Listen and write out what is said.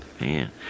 man